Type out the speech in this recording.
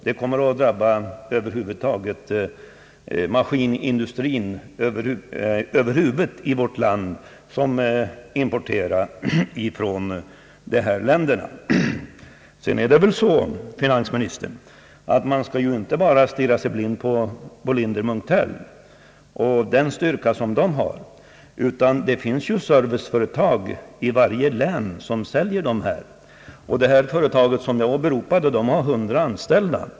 De kommer att drabba maskinindustrin över huvud taget i vårt land genom ökad konkurrens från produkter som vi importerar från ifrågavarande länder. Sedan, herr finansminister, skall man väl inte bara stirra sig blind på Bolinder-Munktell och den styrka det företaget har. Det finns ju serviceföretag i varje län som säljer deras produkter. Det företag som jag åberopade har 100 anställda.